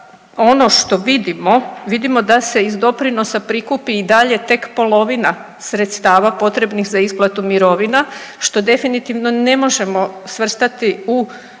ono što vidimo, vidimo da se iz doprinosa prikupi i dalje tek polovina sredstava potrebnih za isplatu mirovina što definitivno ne možemo svrstati u